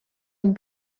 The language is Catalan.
amb